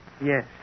Yes